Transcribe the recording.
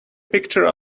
picture